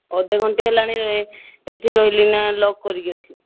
ଅଧେ ଘଣ୍ଟେ ହେଲାଣି ଏଇଠି ରହିଲି ନା ଲକ୍ କରିକି ଅଛି